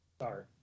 Sorry